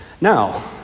Now